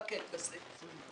לא שמעתי שהדיון מתמקד בזה.